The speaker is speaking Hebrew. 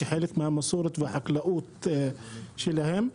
כחלק מהמסורת והחקלאות שלהם,